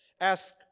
ask